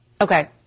Okay